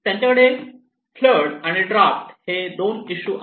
त्यांच्याकडे flood and drought हे दोन्ही इशू आहेत